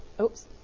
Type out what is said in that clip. Oops